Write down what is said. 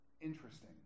interesting